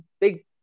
big